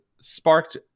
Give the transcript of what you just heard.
sparked